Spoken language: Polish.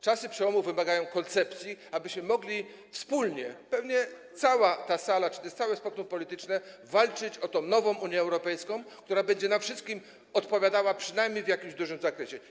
Czasy przełomu wymagają koncepcji, abyśmy mogli wspólnie - pewnie cała ta sala czy też całe spektrum polityczne - walczyć o tę nową Unię Europejską, która będzie nam wszystkim odpowiadała, przynajmniej w dużym zakresie.